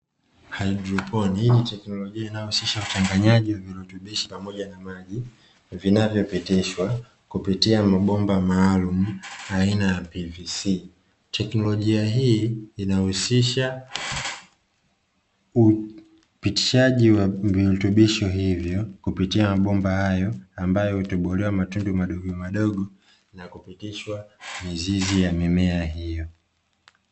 Haidroponi, hii ni teknolojia inayohusisha uchanganyaji wa virutubishi pamoja na maji, vinavyopitishwa kupitia mabomba maalumu aina ya PVC. Teknolojia hii inahusisha, upitishaji wa virutubishi hivyo kupitia mabomba hayo ambayo hutobolewa matundu madogomadogo na kupitishwa mizizi ya mimea hiyo.